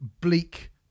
bleak